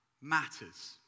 matters